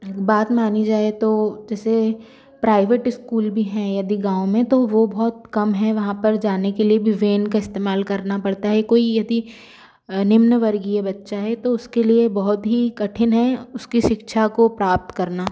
बात मानी जाए तो जैसे प्राइवेट इस्कूल भी हैं यदि गाँव में तो वो बहुत कम हैं वहाँ पर जाने के लिए भी वेन का इस्तेमाल करना पड़ता है कोई यदि निम्न वर्गीय बच्चा है तो उसके लिए बहुत ही कठिन है उसकी शिक्षा को प्राप्त करना